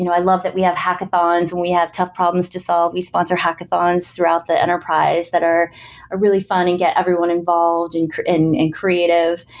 you know i love that we have hackathons when we have tough problems to solve. we sponsor hackathons throughout the enterprise that are ah really fun and get everyone involved and and creative.